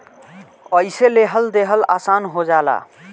अइसे लेहल देहल आसन हो जाला